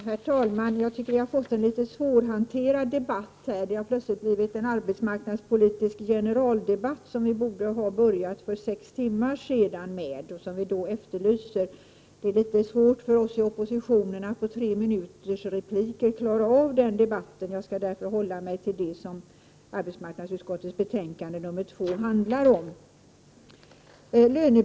Herr talman! Jag tycker att vi har fått en litet svårhanterad debatt här. Det har plötsligt blivit en arbetsmarknadspolitisk generaldebatt, som vi borde ha börjat för sex timmar sedan och som vi då efterlyste. Det är litet svårt för oss i oppositionen att i treminutersrepliker klara av en sådan debatt, och jag skall därför hålla mig till det som arbetsmarknadsutskottets betänkande nr 2 handlar om.